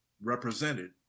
represented